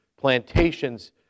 plantations